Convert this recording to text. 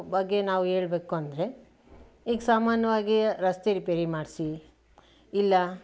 ಆಗ ಅದನ್ನು ಸುಧಾರಿಸೋ ಬಗ್ಗೆ ನಾವು ಹೇಳ್ಬೇಕು ಅಂದರೆ ಈಗ ಸಾಮಾನವಾಗಿ ರಸ್ತೆ ರಿಪೇರಿ ಮಾಡಿಸಿ ಇಲ್ಲ